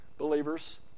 believers